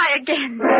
again